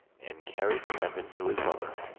and carried the weapon to his mother.